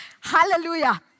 Hallelujah